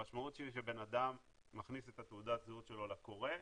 המשמעות היא שאדם מכניס את תעודת הזהות שלו לקורא,